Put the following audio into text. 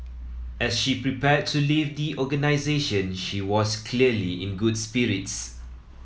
as she prepared to leave the organisation she was clearly in good spirits